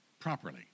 properly